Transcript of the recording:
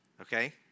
Okay